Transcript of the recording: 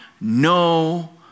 no